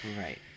Right